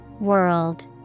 World